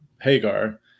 Hagar